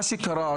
מה שקרה,